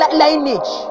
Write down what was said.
lineage